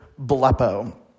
blepo